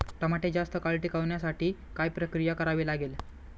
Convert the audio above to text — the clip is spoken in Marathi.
टमाटे जास्त काळ टिकवण्यासाठी काय प्रक्रिया करावी लागेल?